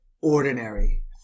ordinary